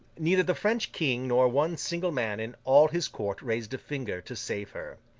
neither the french king nor one single man in all his court raised a finger to save her.